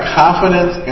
confidence